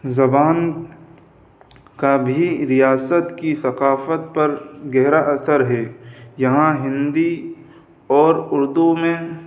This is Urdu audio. زبان کا بھی ریاست کی ثقافت پر گہرا اثر ہے یہاں ہندی اور اردو میں